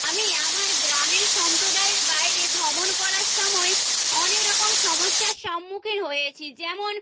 আমি আমার গ্রামের সম্প্রদায়ের বাইরে ভ্রমণ করার সময় অনেক রকম সমস্যার সম্মুখীন হয়েছি যেমন